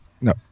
no